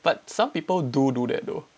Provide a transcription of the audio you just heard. but some people do do that though